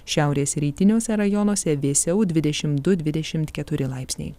šiaurės rytiniuose rajonuose vėsiau dvidešim du dvidešimt keturi laipsniai laipsniai